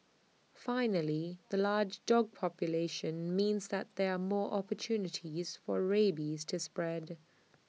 finally the large dog population means that there are more opportunities for rabies to spread